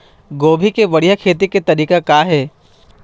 गोभी के बढ़िया खेती के तरीका का हे?